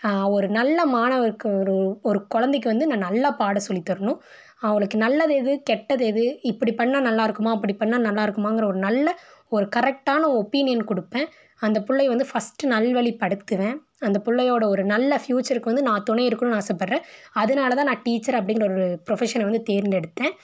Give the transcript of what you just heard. ஒரு நல்ல மாணவருக்கு ஒரு ஒரு குழந்தைக்கு வந்து நான் நல்லா பாடம் சொல்லித் தரணும் அவளுக்கு நல்லது எது கெட்டது எது இப்படி பண்ணால் நல்லா இருக்குமா அப்படி பண்ணால் நல்லா இருக்குமாங்கிற ஒரு நல்ல ஒரு கரெக்டான ஒப்பீனியன் கொடுப்பேன் அந்த பிள்ளைய வந்து ஃபஸ்ட்டு நல்வழிப்படுத்துவேன் அந்த பிள்ளையோட ஒரு நல்ல ஃபியூச்சருக்கு வந்து நான் துணை இருக்கணும்னு ஆசைப்பட்றேன் அதனால தான் நான் டீச்சர் அப்படிங்கிற ஒரு ப்ரொஃபெஷனை வந்து தேர்ந்தெடுத்தேன்